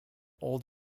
old